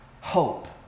hope